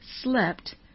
slept